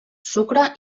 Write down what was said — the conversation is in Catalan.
sucre